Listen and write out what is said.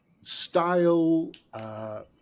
style